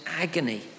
agony